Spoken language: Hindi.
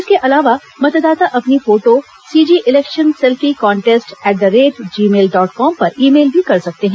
इसके अलावा मतदाता अपनी photo CG election selfie contest at the rate Gmail dot com पर ई मेल भी कर सकते हैं